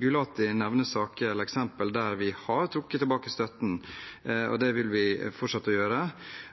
Gulati nevner eksempel der vi har trukket tilbake støtten, og det vil vi fortsette å gjøre.